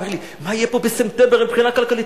הוא אומר לי: מה יהיה פה בספטמבר מבחינה כלכלית?